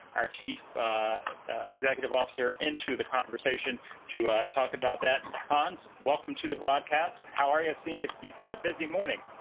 our chief executive officer into the conversation to talk about that. hans, welcome to the broadcast. how are you? i've seen you've had a busy morning.